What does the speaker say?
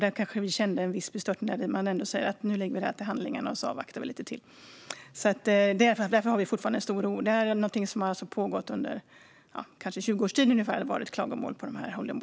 Där kanske vi kände en viss bestörtning när man sa: Nu lägger vi detta till handlingarna och avvaktar lite till. Därför har vi fortfarande en stor oro. Att det har varit klagomål på holdingbolagen är någonting som kanske har pågått under 20 års tid.